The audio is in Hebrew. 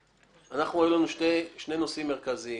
היו לנו שני נושאים מרכזיים